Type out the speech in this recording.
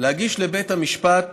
להגיש לבית המשפט